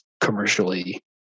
commercially